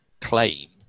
claim